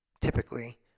typically